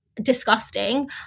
disgusting